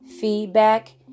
feedback